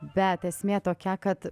bet esmė tokia kad